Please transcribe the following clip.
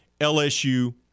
LSU